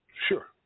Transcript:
Sure